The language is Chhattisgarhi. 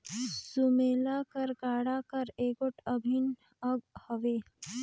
सुमेला हर गाड़ा कर एगोट अभिन अग हवे